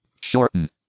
Shorten